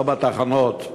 לא בתחנות?